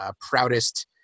proudest